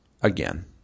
Again